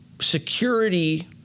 security